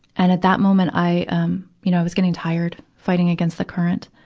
and at that moment, i, um, you know, i was getting tired fighting against the current.